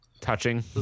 touching